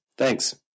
Thanks